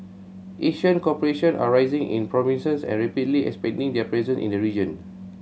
Asian corporations are rising in prominence and rapidly expanding their presence in the region